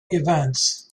events